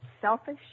selfish